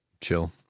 chill